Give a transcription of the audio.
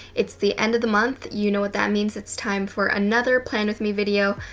it's the end of the month, you know what that means. it's time for another plan with me video.